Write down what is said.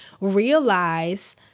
realize